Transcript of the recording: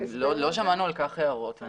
לא שמענו על כך הערות.